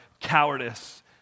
cowardice